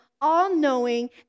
all-knowing